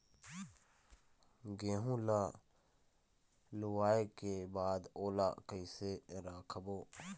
गेहूं ला लुवाऐ के बाद ओला कइसे राखबो?